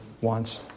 wants